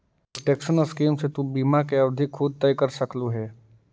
protection scheme से तु बीमा की अवधि खुद तय कर सकलू हे